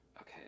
Okay